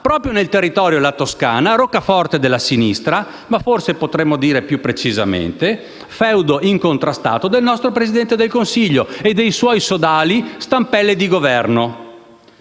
Toscana, territorio roccaforte della sinistra, ma forse potremmo dire, più precisamente, feudo incontrastato del nostro Presidente del Consiglio e delle sue sodali stampelle di Governo.